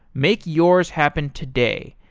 make yours happen today.